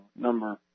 number